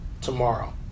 tomorrow